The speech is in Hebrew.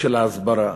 של ההסברה